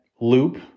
loop